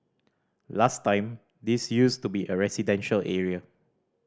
last time this used to be a residential area